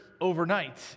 overnight